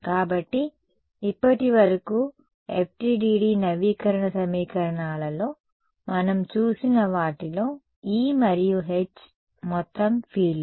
కాబట్టి ఇప్పటివరకు FDTD నవీకరణ సమీకరణాలలో మనం చూసిన వాటిలో E మరియు H మొత్తం ఫీల్డ్లు